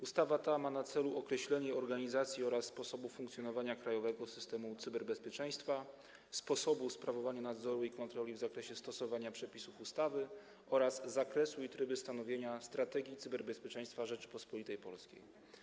Ustawa ta ma na celu określenie organizacji oraz sposobu funkcjonowania krajowego systemu cyberbezpieczeństwa, sposobu sprawowania nadzoru i kontroli w zakresie stosowania przepisów ustawy oraz zakresu i trybu stanowienia strategii cyberbezpieczeństwa Rzeczypospolitej Polskiej.